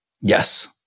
Yes